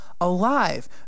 alive